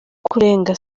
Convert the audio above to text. kurenga